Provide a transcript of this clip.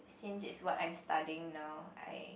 since it's what I am studying now I